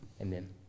Amen